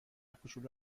کوچولو